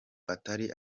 atari